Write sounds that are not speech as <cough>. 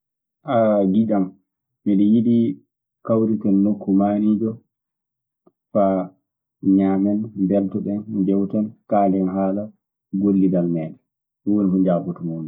<hesitation> Giƴam miɗe yiɗi kawriten nokku maaniijo faa ñaamen, Mbeltoɗem, njewten; kaalen haala gollidal meeɗe., ɗum woni ko jaabotomimo minkaa.